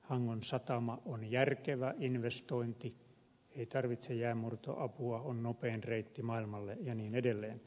hangon satama on järkevä investointi se ei tarvitse jäänmurtoapua on nopein reitti maailmalle ja niin edelleen